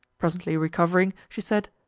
presently recovering, she said,